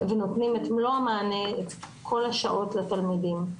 ונותנים את מלוא המענה ואת כל שעות העבודה שלהם לתלמידים.